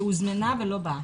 שהוזמנה ולא באה.